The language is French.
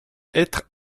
être